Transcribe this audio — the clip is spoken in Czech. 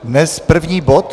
Dnes první bod?